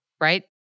right